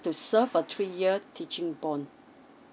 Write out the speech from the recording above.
the serve a three year teaching born